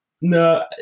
No